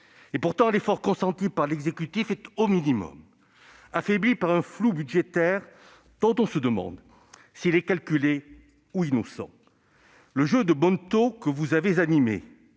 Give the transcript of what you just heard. Pourtant, l'effort consenti par l'exécutif est au minimum affaibli par un flou budgétaire dont on se demande s'il est calculé ou innocent. Le jeu de bonneteau que vous avez animé,